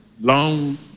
long